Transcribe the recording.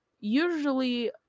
usually